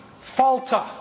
falter